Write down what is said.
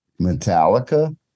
Metallica